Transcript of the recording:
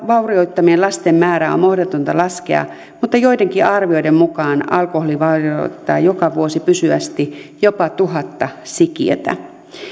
vaurioittamien lasten määrää on mahdotonta laskea mutta joidenkin arvioiden mukaan alkoholi vaurioittaa joka vuosi pysyvästi jopa tuhatta sikiötä